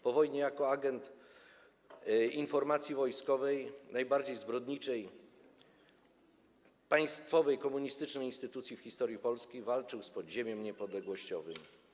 Po wojnie jako agent Informacji Wojskowej, najbardziej zbrodniczej państwowej komunistycznej instytucji w historii Polski, walczył z podziemiem niepodległościowym.